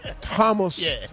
Thomas